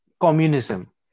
Communism